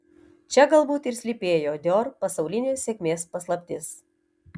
čia galbūt ir slypėjo dior pasaulinės sėkmės paslaptis